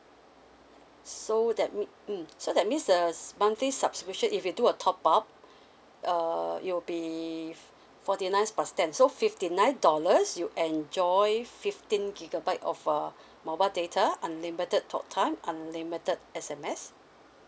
so that mea~ mm so that means a monthly subscription if you do a top up uh it will be forty nice plus ten so fifty nine dollars you enjoy fifteen gigabyte of uh mobile data unlimited talk time unlimited S_M_S